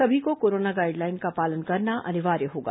सभी को corona guideline का पालन करना अनिवार्य होगा